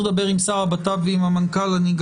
לדבר עם השר לביטחון פנים ועם המנכ"ל גם